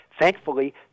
thankfully